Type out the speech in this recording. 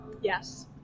Yes